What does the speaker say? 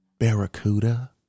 barracuda